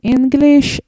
English